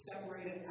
separated